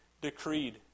decreed